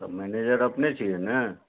तऽ मैनेजर अपने छियै ने